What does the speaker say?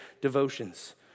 devotions